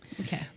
Okay